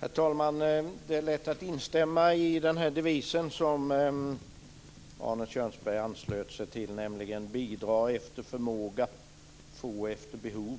Herr talman! Det är lätt att instämma i den devis som Arne Kjörnsberg anslöt sig till, nämligen: bidra efter förmåga, få efter behov.